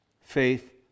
faith